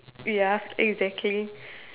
ya exactly